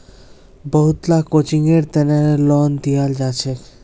बहुत ला कोचिंगेर तने लोन दियाल जाछेक